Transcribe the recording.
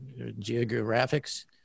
geographics